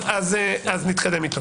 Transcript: אז נתקדם איתו.